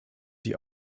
die